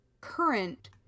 current